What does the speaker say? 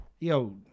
Yo